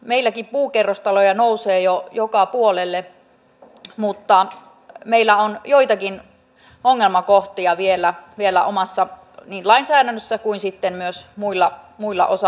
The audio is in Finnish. meilläkin puukerrostaloja nousee jo joka puolelle mutta meillä on joitakin ongelmakohtia vielä niin omassa lainsäädännössä kuin sitten myös muilla osa alueilla